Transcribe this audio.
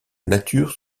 nature